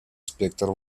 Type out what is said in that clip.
спектр